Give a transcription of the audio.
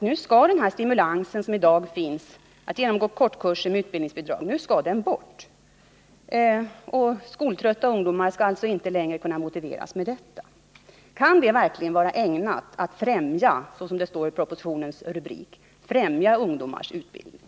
Nu skall den stimulans bort som i dag finns — att genomgå kortkurser med utbildningsbidrag. Skoltrötta ungdomar skall alltså inte längre kunna motiveras med detta. Kan det verkligen vara ägnat att — såsom det står i propositionens rubrik — främja ungdomars utbildning?